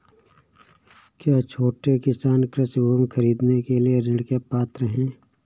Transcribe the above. क्या छोटे किसान कृषि भूमि खरीदने के लिए ऋण के पात्र हैं?